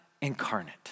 incarnate